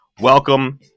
welcome